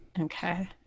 Okay